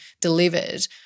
delivered